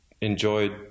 enjoyed